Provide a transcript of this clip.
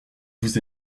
vous